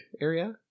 area